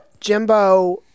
Jimbo